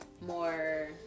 more